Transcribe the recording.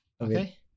Okay